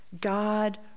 God